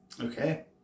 Okay